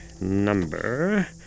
number